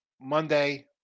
Monday